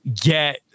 get